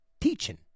Teaching